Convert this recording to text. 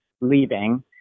leaving